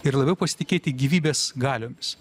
ir labiau pasitikėti gyvybės galiomis